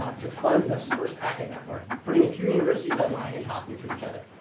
to fund this first packet network, putting a few universities online and talking to each other.